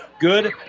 good